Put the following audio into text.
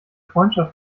freundschaft